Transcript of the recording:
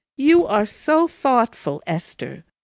you are so thoughtful, esther,